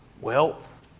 Wealth